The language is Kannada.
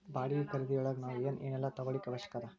ಬಾಡ್ಗಿ ಖರಿದಿಯೊಳಗ್ ನಾವ್ ಏನ್ ಏನೇಲ್ಲಾ ತಗೊಳಿಕ್ಕೆ ಅವ್ಕಾಷದ?